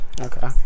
Okay